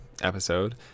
episode